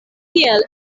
tiel